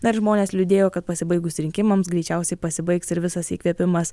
na ir žmonės liūdėjo kad pasibaigus rinkimams greičiausiai pasibaigs ir visas įkvėpimas